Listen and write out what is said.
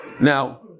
Now